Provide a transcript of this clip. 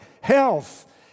health